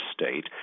state